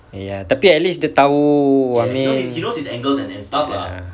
ya tapi at least dia tahu I mean ya